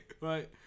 right